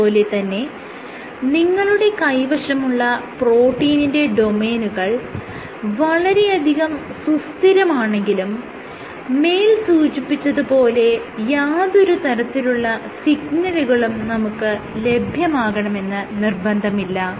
അതുപോലെ തന്നെ നിങ്ങളുടെ കൈവശമുള്ള പ്രോട്ടീനിന്റെ ഡൊമെയ്നുകൾ വളരെയധികം സുസ്ഥിരമാണെങ്കിലും മേൽ സൂചിപ്പിച്ചത് പോലെ യാതൊരു തരത്തിലുള്ള സിഗ്നലുകളും നമുക്ക് ലഭ്യമാകണമെന്ന് നിർബന്ധമില്ല